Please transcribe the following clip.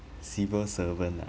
civil servant ah